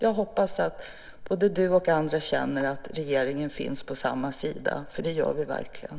Jag hoppas att både du och andra känner att regeringen finns på samma sida, för det gör vi verkligen.